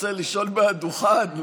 שצריך לשאול מהדוכן,